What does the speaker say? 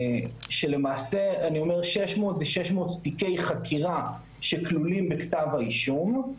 כשלמעשה כשאני אומר 600 זה 600 תיקי חקירה שכלולים בכתב האישום,